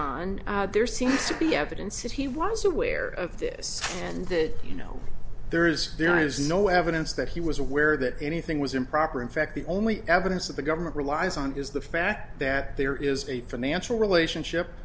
on there seems to be evidence that he was aware of this and that you know there is there is no evidence that he was aware that anything was improper in fact the only evidence that the government relies on is the fact that there is a financial relationship